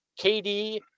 KD